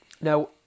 Now